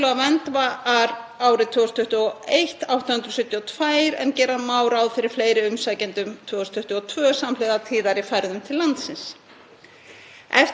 Eftir því sem ég best veit er megninu af umsóknum og gögnum enn skilað til Útlendingastofnunar á pappír, hvaða leyfi sem þær varða.